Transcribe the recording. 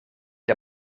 der